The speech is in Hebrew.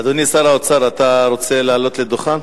אדוני שר האוצר, אתה רוצה לעלות לדוכן?